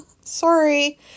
Sorry